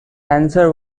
answer